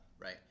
right